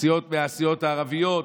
מהסיעות הערביות,